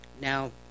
Now